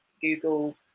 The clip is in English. Google